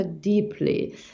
deeply